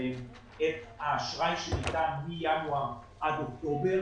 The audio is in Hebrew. עליהם את האשראי שניתן מינואר עד אוקטובר